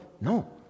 no